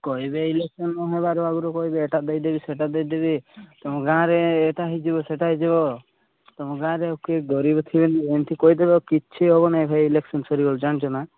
କହିବେ ଇଲେକ୍ସନ୍ ହେବାରୁ ଆଗରୁ କଇବେ ଏଇଟା ଦେଇଦେବି ସେଇଟା ଦେଇ ଦେବି ତୁମ ଗାଁରେ ଏଇଟା ହେଇଯିବ ସେଇଟା ହେଇଯିବ ତୁମ ଗାଁରେ ଆଉ କିଏ ଗରିବ ଥିବେନି ଏମିତି କହିଦେବେ କିଛି ହେବ ନାଇଁ ଭାଇ ଇଲେକ୍ସନ୍ ସରିଗଲେ ଜାଣିଛ ନା